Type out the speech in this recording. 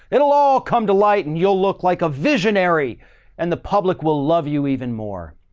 it'll all come to light and you'll look like a visionary and the public will love you even more.